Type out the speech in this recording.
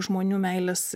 žmonių meilės